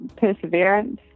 perseverance